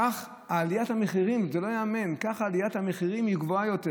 כך עליית המחירים, כך עליית המחירים גבוהה יותר.